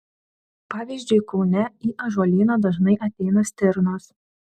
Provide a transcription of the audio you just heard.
pavyzdžiui kaune į ąžuolyną dažnai ateina stirnos